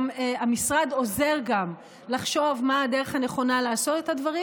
והמשרד גם עוזר לחשוב מה הדרך הנכונה לעשות את הדברים,